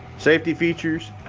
safety features.